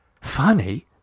Funny